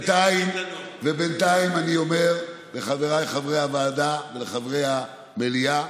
ובינתיים אני אומר לחבריי חברי הוועדה ולחברי המליאה: